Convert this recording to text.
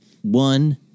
one